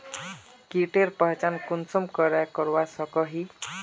कीटेर पहचान कुंसम करे करवा सको ही?